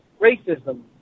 racism